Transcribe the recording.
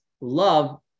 love